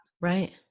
Right